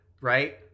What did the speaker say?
right